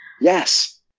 Yes